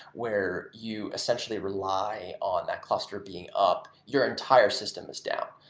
where you essentially rely on that cluster being up, your entire system is down,